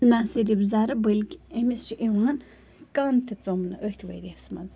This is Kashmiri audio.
نہ صرف زَرٕ بلکہِ أمِس چھِ یِوان کَن تہِ ژۄمنہٕ أتھۍ ؤرِیَس منٛز